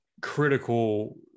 critical